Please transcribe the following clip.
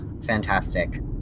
Fantastic